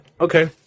Okay